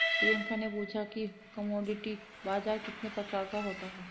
प्रियंका ने पूछा कि कमोडिटी बाजार कितने प्रकार का होता है?